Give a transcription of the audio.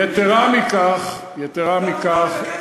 יתרה מכך,